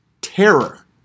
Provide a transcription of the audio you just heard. Terror